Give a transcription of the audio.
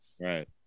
Right